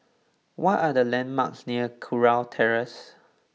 what are the landmarks near Kurau Terrace